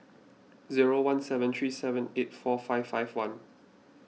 zero one seven three seven eight four five five one